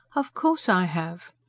of course i have.